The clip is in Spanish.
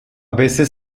veces